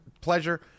pleasure